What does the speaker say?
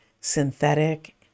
synthetic